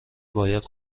باید